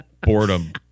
boredom